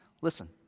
Listen